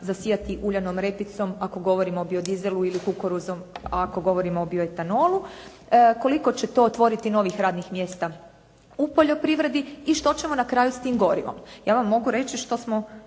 zasijati uljanom repicom ako govorimo o biodizelu ili kukuruzu, a ako govorimo o bioetanolu koliko će to otvoriti novih radnih mjesta u poljoprivredi i što ćemo na kraju s tim gorivom. Ja vam mogu reći što smo